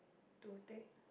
to take